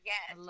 Yes